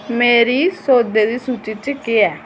मेरी सौदे दी सूची च केह् ऐ